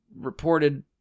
reported